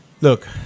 Look